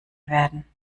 werden